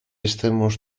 estemos